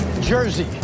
jersey